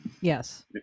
Yes